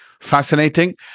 fascinating